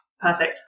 perfect